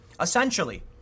Essentially